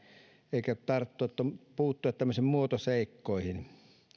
eikä puuttua tämmöisiin muotoseikkoihin